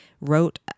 wrote